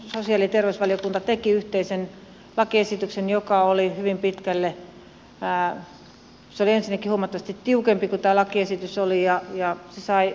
sosiaali ja terveysvaliokunta teki yhteisen lakiesityksen joka oli ensinnäkin huomattavasti tiukempi kuin tämä lakiesitys ja se sai